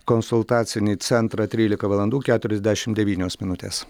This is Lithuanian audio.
konsultacinį centrą trylika valandų keturiasdešim devynios minutės